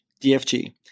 DFG